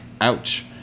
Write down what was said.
Ouch